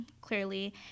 clearly